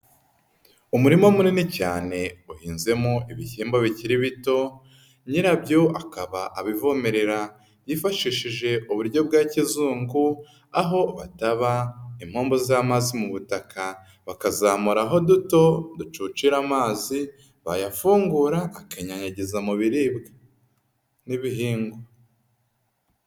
Umurima munini cyane uhinzemo ibishyimbo bikiri bito, nyira byo akaba abivomerera yifashishije uburyo bwa kizungu aho bataba impombo z'amazi mu butaka bakazamuraho duto ducuci amazi bayafungura akinyanyagiza mu biribwa n'ibihingwa.